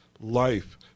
life